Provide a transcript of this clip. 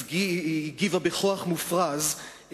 הגיבה בכוח מופרז,